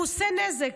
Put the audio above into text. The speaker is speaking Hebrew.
הוא עושה נזק.